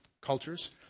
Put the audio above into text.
cultures